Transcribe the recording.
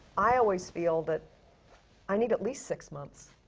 i always feel that i need at least six months.